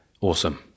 awesome